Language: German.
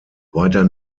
weiter